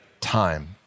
time